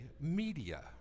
media